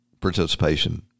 participation